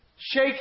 Shake